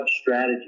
strategy